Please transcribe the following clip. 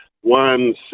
one